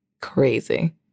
crazy